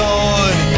Lord